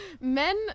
Men